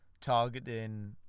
targeting